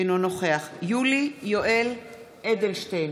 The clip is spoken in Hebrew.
אינו נוכח יולי יואל אדלשטיין,